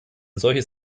solches